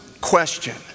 question